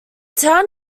town